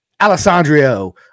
Alessandro